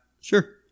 Sure